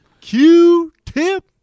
Q-Tip